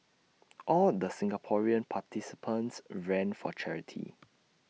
all the Singaporean participants ran for charity